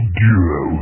duo